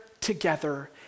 together